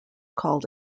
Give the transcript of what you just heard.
called